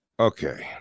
Okay